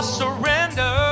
surrender